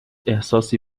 احساسی